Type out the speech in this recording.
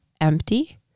empty